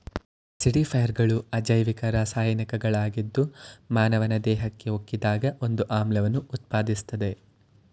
ಆಸಿಡಿಫೈಯರ್ಗಳು ಅಜೈವಿಕ ರಾಸಾಯನಿಕಗಳಾಗಿದ್ದು ಮಾನವನ ದೇಹಕ್ಕೆ ಹಾಕಿದಾಗ ಒಂದು ಆಮ್ಲವನ್ನು ಉತ್ಪಾದಿಸ್ತದೆ